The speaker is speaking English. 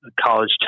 college